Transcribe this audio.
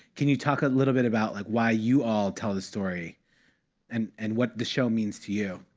can you talk a little bit about like why you all tell the story and and what the show means to you?